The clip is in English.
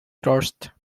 torched